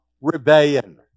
rebellion